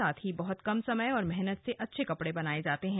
साथ ही बहुत कम समय और मेहनत से अच्छे कपड़े बनाए जाते हैं